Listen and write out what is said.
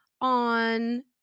on